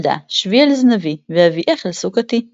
ילדה, שבי על זנבי ואביאך אל סכתי.”